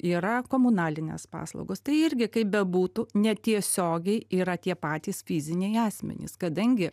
yra komunalinės paslaugos tai irgi kaip bebūtų netiesiogiai yra tie patys fiziniai asmenys kadangi